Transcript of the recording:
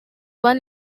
one